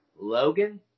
Logan